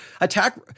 attack